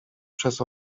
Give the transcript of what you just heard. przez